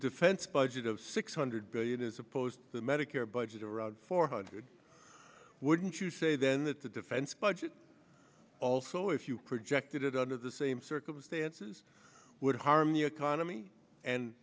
defense budget of six hundred billion as opposed to the medicare budget around four hundred wouldn't you say then that the defense budget also if you projected it under the same circumstances would harm the economy and